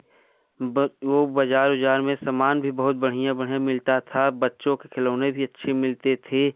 ब वह बाज़ार उजार में सामान भी बहुत बढ़िया बढ़िया मिलता था बच्चों के खेलौने भी अच्छे मिलते थे